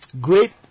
great